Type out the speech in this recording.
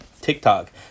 TikTok